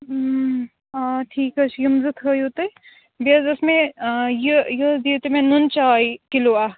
آ ٹھیٖک حظ چھُ یِم زٕتھٲیُوتُہۍ بیٚیہِ حظ اوس مےٚ یہِ حظ یہِ دِیو تُہۍ مےٚ نُنہٕ چاے کِلو اَکھ